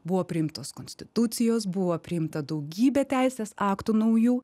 buvo priimtos konstitucijos buvo priimta daugybė teisės aktų naujų